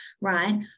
right